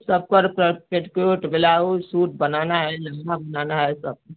सब petticoat blouse suit बनाना है है त